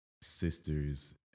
sisters